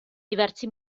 diversi